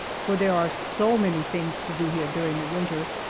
for there are so many things to do here during the winter.